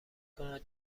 کند